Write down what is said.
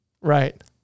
right